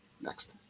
next